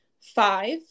Five